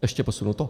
Ještě posunuto?